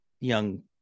young